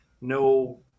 No